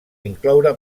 incloure